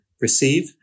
receive